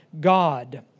God